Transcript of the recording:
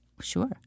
Sure